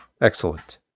excellent